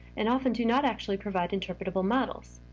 and often do not actually provide interpretable models.